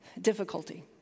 difficulty